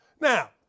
Now